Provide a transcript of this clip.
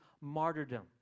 martyrdom